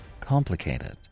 complicated